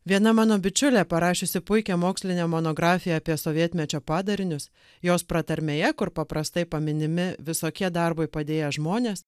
viena mano bičiulė parašiusi puikią mokslinę monografiją apie sovietmečio padarinius jos pratarmėje kur paprastai paminimi visokie darbui padėję žmonės